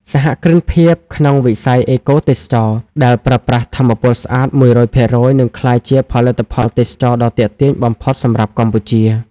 សហគ្រិនភាពក្នុងវិស័យ "អេកូទេសចរណ៍" ដែលប្រើប្រាស់ថាមពលស្អាត ១០០% នឹងក្លាយជាផលិតផលទេសចរណ៍ដ៏ទាក់ទាញបំផុតសម្រាប់កម្ពុជា។